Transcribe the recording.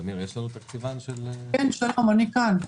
אם תתייחסי בבקשה לשאלות שנשאלו כאן.